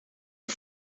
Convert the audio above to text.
her